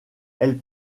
elle